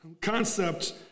concept